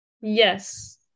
Yes